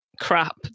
crap